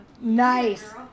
Nice